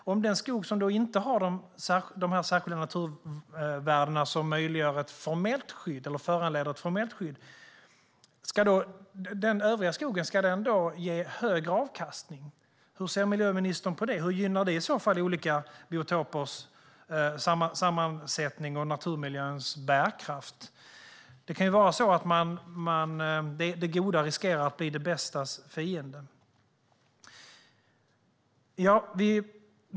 Ska den skog som inte har de särskilda naturvärden som föranleder ett formellt skydd ge högre avkastning? Hur ser miljöministern på det? Hur gynnar det i så fall olika biotopers sammansättning och naturmiljöns bärkraft? Det kan vara så att det goda riskerar att bli det bästas fiende.